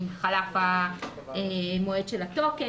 אם חלף מועד התוקף,